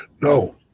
No